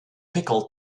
pickle